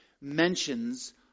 mentions